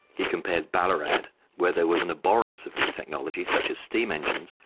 he compares ballarat, where there was an abhorrence of new technology such as steam engines,